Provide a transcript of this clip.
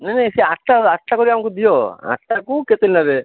ନାହିଁ ନାହିଁ ସେ ଆଠଟା ଆଠଟା କରିକି ଆମକୁ ଦିଅ ଆଠଟାକୁ କେତେ ନେବେ